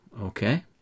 Okay